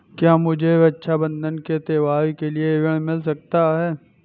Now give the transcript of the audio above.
क्या मुझे रक्षाबंधन के त्योहार के लिए ऋण मिल सकता है?